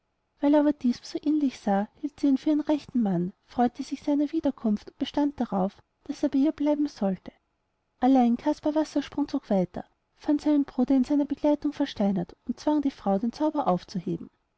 weil er aber diesem so ähnlich sah hielt sie ihn für ihren rechten mann freute sich seiner wiederkunft und bestand darauf daß er bei ihr bleiben sollte allein caspar wassersprung zog weiter fand seinen bruder mit seiner begleitung versteinert und zwang die frau den zauber aufzuheben